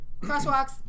Crosswalks